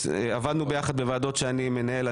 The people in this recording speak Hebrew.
עבדנו ביחד בוועדות שאני מנהל,